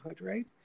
right